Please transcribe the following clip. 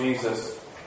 Jesus